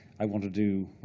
i want to do,